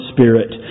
Spirit